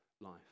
life